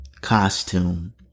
costume